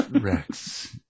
Rex